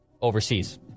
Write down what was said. overseas